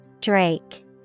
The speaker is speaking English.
drake